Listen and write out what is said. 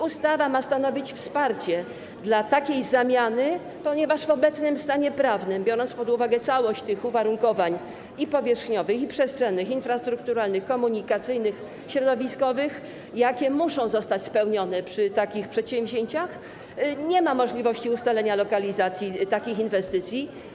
Ustawa ma stanowić wsparcie dla takiej zamiany, ponieważ w obecnym stanie prawnym, biorąc pod uwagę całość warunków powierzchniowych, przestrzennych, infrastrukturalnych, komunikacyjnych i środowiskowych, jakie muszą zostać spełnione przy takich przedsięwzięciach, nie ma możliwości ustalenia lokalizacji takich inwestycji.